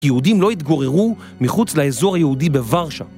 יהודים לא התגוררו מחוץ לאזור היהודי בורשה